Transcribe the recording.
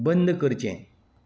बंद करचें